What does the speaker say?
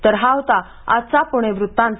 तर हा होता आजचा पुणे वृत्तांत